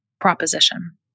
proposition